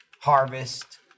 Harvest